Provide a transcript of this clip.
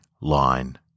line